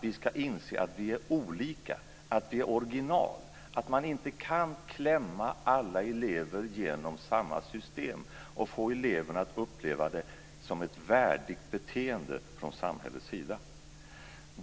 Vi måste inse att vi är olika, att vi är original, att man inte kan klämma alla elever genom samma system och få eleverna att uppleva det som ett värdigt beteende från samhällets sida.